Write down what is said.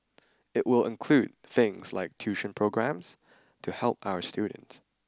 it will include things like tuition programmes to help our students